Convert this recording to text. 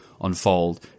unfold